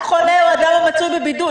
רק חולה או אדם המצוי בבידוד,